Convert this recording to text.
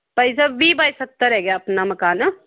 ਭਾਈ ਸਾਹਿਬ ਵੀਹ ਬਾਈ ਸੱਤਰ ਹੈਗਾ ਆਪਣਾ ਮਕਾਨ